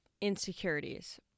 insecurities